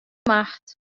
macht